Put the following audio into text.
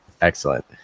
Excellent